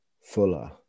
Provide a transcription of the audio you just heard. Fuller